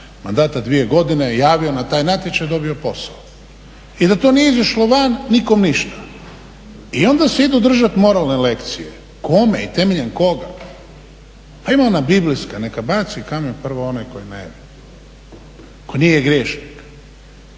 mandata dvije godine javio na taj natječaj i dobio posao. I da to nije izašlo van, nikome ništa. I onda se idu držati moralne lekcije, kome i temeljem koga. Pa ima ona Biblijska, neka baci kamen prvo onaj koji je nevin, koji nije grešnik.